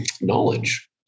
knowledge